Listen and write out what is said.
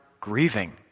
grieving